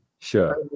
Sure